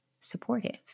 supportive